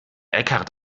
eckhart